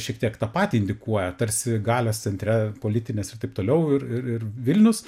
šiek tiek tą patį indikuoja tarsi galios centre politinės ir taip toliau ir ir ir vilnius